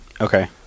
Okay